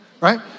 right